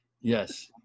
yes